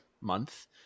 month